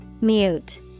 Mute